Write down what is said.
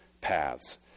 paths